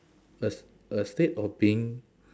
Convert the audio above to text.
a s~ a statue of being